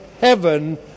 heaven